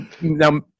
Now